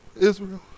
Israel